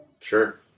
Sure